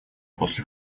после